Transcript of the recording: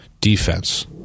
defense